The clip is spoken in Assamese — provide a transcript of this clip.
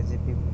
A G P